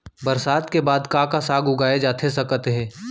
बरसात के बाद का का साग उगाए जाथे सकत हे?